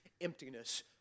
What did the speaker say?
emptiness